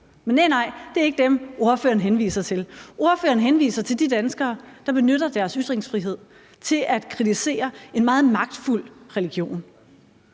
Men næh nej, det er ikke dem, ordføreren henviser til. Ordføreren henviser til de danskere, der benytter deres ytringsfrihed til at kritisere en meget magtfuld religion.